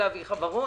להביא חברות.